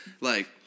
like-